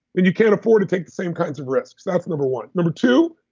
then you can't afford to take the same kinds of risks, that's number one. number two,